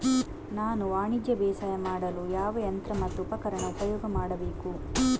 ನಾನು ವಾಣಿಜ್ಯ ಬೇಸಾಯ ಮಾಡಲು ಯಾವ ಯಂತ್ರ ಮತ್ತು ಉಪಕರಣ ಉಪಯೋಗ ಮಾಡಬೇಕು?